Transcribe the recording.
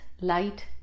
light